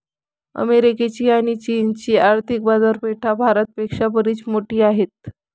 अमेरिकेची आणी चीनची आर्थिक बाजारपेठा भारत पेक्षा बरीच मोठी आहेत